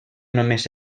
només